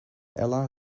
ella